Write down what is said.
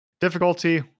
difficulty